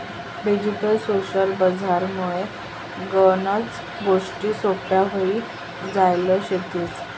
digital social बजार मुळे गनच गोष्टी सोप्प्या व्हई जायल शेतीस